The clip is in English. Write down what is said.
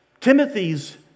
Timothy's